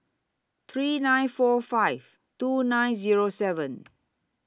three nine four five two nine Zero seven